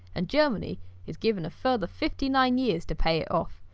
and germany is given a further fifty nine years to pay it off,